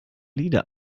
lieder